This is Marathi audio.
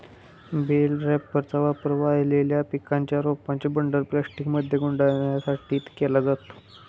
बेल रॅपरचा वापर वाळलेल्या पिकांच्या रोपांचे बंडल प्लास्टिकमध्ये गुंडाळण्यासाठी केला जातो